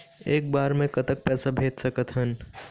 एक बार मे कतक पैसा भेज सकत हन?